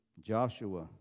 Joshua